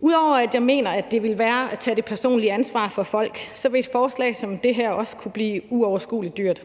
Ud over at jeg mener, at det ville være at tage det personlige ansvar fra folk, så ville et forslag som det her også kunne blive uoverskuelig dyrt.